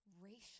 racial